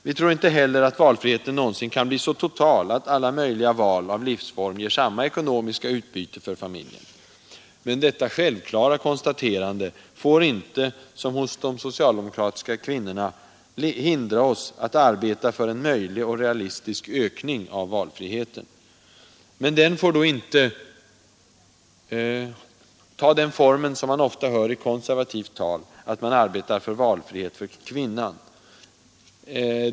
Vi tror inte heller att valfriheten någonsin kan bli så total att alla möjliga val av livsform ger samma ekonomiska utbyte för familjen. Men detta självklara konstaterande får inte — som hos de socialdemokratiska kvinnorna — hindra oss att arbeta för en möjlig och realistisk ökning av valfriheten. Det får inte vara så — vilket ofta framförs från konservativt håll — att man arbetar för valfrihet endast för kvinnan.